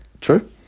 true